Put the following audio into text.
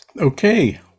okay